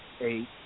eight